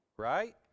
Right